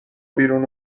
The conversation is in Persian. بیرون